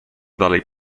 dalej